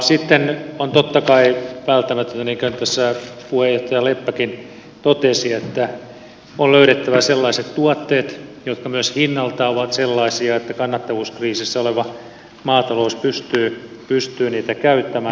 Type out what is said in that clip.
sitten on totta kai välttämätöntä niin kun tässä puheenjohtaja leppäkin totesi että on löydettävä sellaiset tuotteet jotka myös hinnaltaan ovat sellaisia että kannattavuuskriisissä oleva maatalous pystyy niitä käyttämään